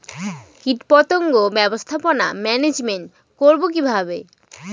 কীটপতঙ্গ ব্যবস্থাপনা ম্যানেজমেন্ট করব কিভাবে?